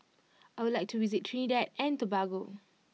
I would like to visit Trinidad and Tobago